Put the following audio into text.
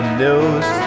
news